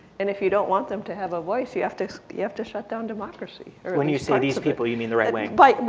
and if you don't want them to have a voice you have to you have to shut down democracy. when you see these people you mean the right wing? like well